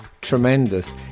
tremendous